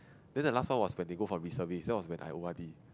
then the last one was when they go for reservist that's when I O_R_D